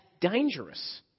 dangerous